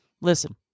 Listen